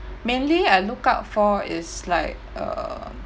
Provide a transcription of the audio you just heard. mainly I look out for is like err